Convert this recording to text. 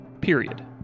Period